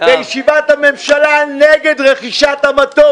בישיבת הממשלה נגד רכישת המטוס.